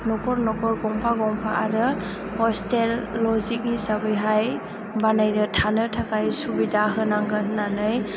न'खर न'खर गंफा गंफा आरो हस्टेल लजिं हिसाबैहाय बानायनो थानो थाखाय सुबिदा होनांगोन होननानै